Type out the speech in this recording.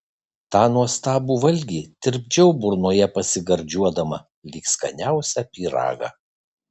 tą nuostabų valgį tirpdžiau burnoje pasigardžiuodama lyg skaniausią pyragą